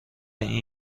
این